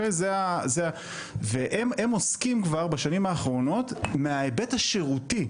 הם עוסקים בשנים האחרונות מההיבט השירותי.